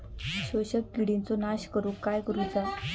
शोषक किडींचो नाश करूक काय करुचा?